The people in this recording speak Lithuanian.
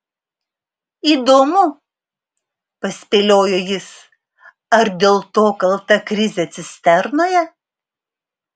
įdomu paspėliojo jis ar dėl to kalta krizė cisternoje